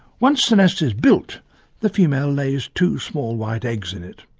once the nest is built the female lays two small white eggs in it.